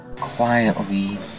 quietly